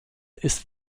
ist